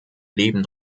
leben